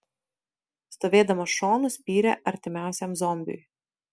stovėdamas šonu spyrė artimiausiam zombiui